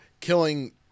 killing